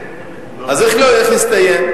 אז איך יסתיים?